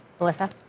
Melissa